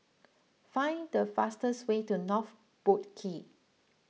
find the fastest way to North Boat Quay